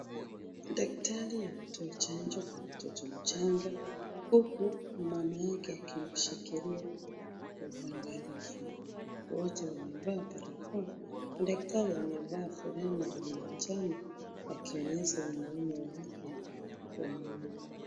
Daktari anatoa chanjo kwa mtoto mchanga huku mama yake akimshikilia kwa uangalifu. Wote wamevaa barakoa, daktari amevaa fulana ya manjano akionyesha umuhimu wa afya wa umma.